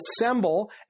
assemble